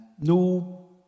No